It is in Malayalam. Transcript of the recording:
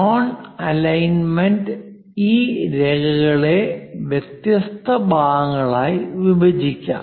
നോൺ അലൈൻമെന്റ് ഈ രേഖകളെ വ്യത്യസ്ത ഭാഗങ്ങളായി വിഭജിക്കാം